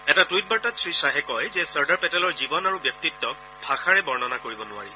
এটা টুইটত শ্ৰীশ্বাহে কয় যে চৰ্দাৰ পেটেলৰ জীৱন আৰু ব্যক্তিত্বক ভাষাৰে বৰ্ণনা কৰিব নোৱাৰি